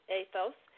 ethos